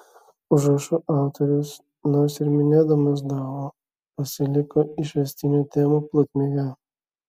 užrašų autorius nors ir minėdamas dao pasiliko išvestinių temų plotmėje